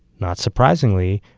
not surprisingly,